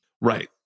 Right